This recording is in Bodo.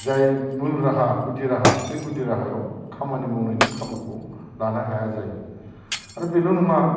जाय मुल राहा गुदि राहा बे गुदि राहायाव खामानि मावनायनि खाबुखौ लानो हाया जायो आरो बेल' नङा